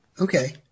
Okay